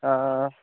हां